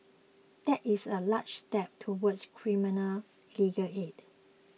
that is a large step towards criminal legal aid